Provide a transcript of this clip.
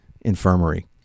infirmary